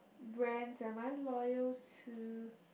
brands am I loyal to